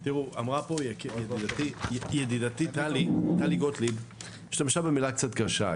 אמרה פה ידידתי גוטליב והשתמשה במילה קצת קשה,